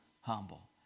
humble